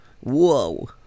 whoa